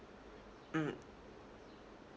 mm